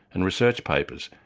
and research papers,